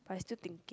I still thinking